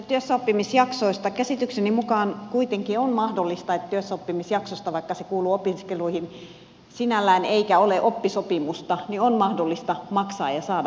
käsitykseni mukaan kuitenkin työssäoppimisjaksosta vaikka se kuuluu opiskeluihin sinällään eikä ole oppisopimusta on mahdollista maksaa ja saada palkkaa